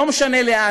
לא משנה איפה,